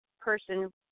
person